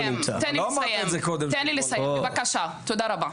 תודה רבה.